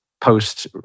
post